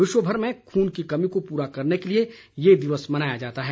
विश्वभर में खून की कमी को पूरा करने के लिए ये दिवस मनाया जाता है